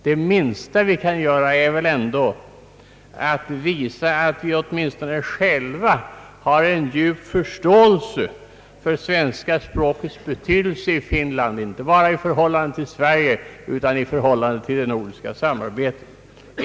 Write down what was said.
Det minsta vi kan göra är väl ändå att visa att vi själva har en djup förståelse för svenska språkets betydelse i Finland, inte bara för förhållandet mellan Finland och Sverige utan för hela det nordiska samarbetet.